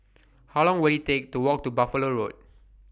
How Long Will IT Take to Walk to Buffalo Road